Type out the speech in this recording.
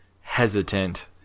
hesitant